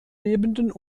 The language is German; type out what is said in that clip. lebenden